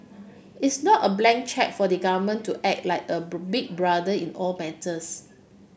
it's not a blank cheque for the government to act like a big brother in all matters